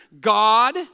God